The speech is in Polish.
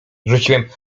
rzuciłem